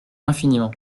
infiniment